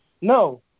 No